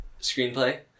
Screenplay